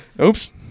Oops